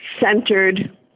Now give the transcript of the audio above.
centered